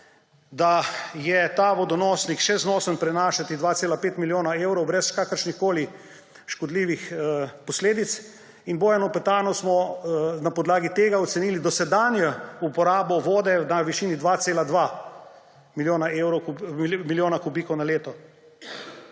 da je ta vodonosnik še zmožen prenašati 2,5 milijona evrov brez kakršnihkoli škodljivih posledic. In Bojanu Petanu smo na podlagi tega ocenili dotedanjo porabo vode na višini 2,2 milijona kubikov na leto.